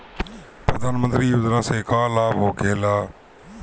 प्रधानमंत्री योजना से का लाभ होखेला?